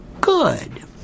good